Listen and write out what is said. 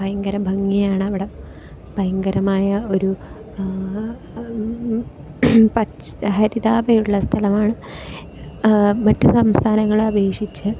ഭയങ്കര ഭംഗിയാണ് അവിടം ഭയങ്കരമായ ഒരു പച്ച ഹരിതാപമുള്ള സ്ഥലമാണ് മറ്റു സംസ്ഥാനങ്ങളെ അപേക്ഷിച്ച്